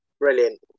Brilliant